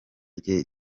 rye